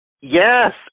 Yes